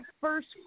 first